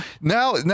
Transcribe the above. now